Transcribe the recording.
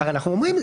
הייתי אומר.